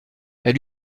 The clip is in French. elle